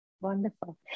wonderful